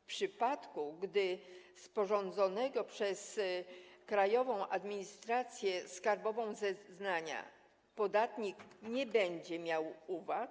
W przypadku gdy do sporządzonego przez Krajową Administrację Skarbową zeznania podatnik nie będzie miał uwag,